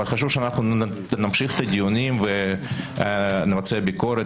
אבל חשוב שאנחנו נמשיך את הדיונים ונעשה ביקורת